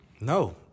No